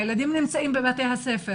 הילדים נמצאים בבתי הספר.